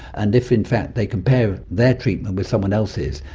and if in fact they compare their treatment with someone else's,